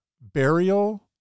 burial